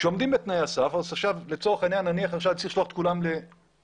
שעומדים בתנאי הסף ועכשיו לצורך העניין אני צריך לשלוח את כולם לבחינות.